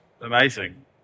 Amazing